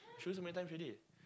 shows you so many times already